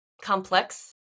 complex